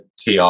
TR